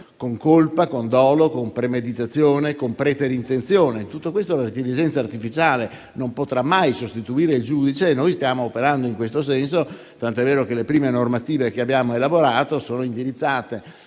con colpa, con dolo, con premeditazione, con preterintenzione. In tutto questo l'intelligenza artificiale non potrà mai sostituire il giudice e noi stiamo operando in questo senso, tant'è vero che le prime normative che abbiamo elaborato sono indirizzate